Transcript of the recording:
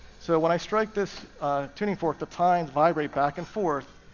so when i strike this tuning fork, the tines vibrate back and forth,